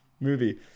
movie